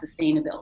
sustainability